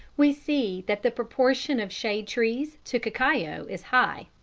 we see that the proportion of shade trees to cacao is high.